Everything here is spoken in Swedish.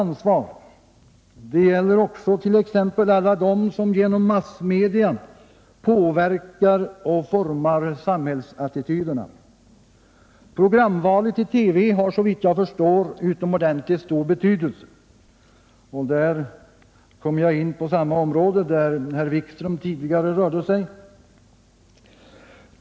Ansvaret ligger också bl.a. hos alla dem som genom massmedia påverkar och formar samhällsattityderna. Programvalet i TV har, såvitt jag förstår, utomordentligt stor betydelse — och jag kommer härmed in på det stora område där herr Wikström tidigare rörde sig.